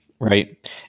right